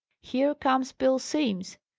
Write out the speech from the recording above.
here comes bill simms!